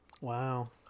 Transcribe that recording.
Wow